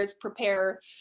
prepare